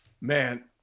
Man